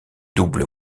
double